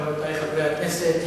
רבותי חברי הכנסת,